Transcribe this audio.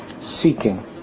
Seeking